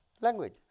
language